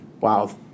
Wow